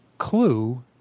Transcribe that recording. Clue